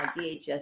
DHS